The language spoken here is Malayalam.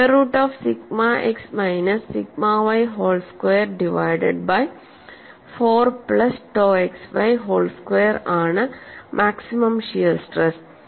square root of sigma X minus sigma Y whole square divided by 4 plus tau XY whole square ആണ് മാക്സിമം ഷിയർ സ്ട്രെസ്